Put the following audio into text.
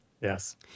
yes